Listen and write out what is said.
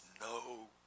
no